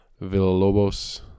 Villalobos